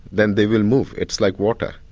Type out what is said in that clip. then they will move. it's like water.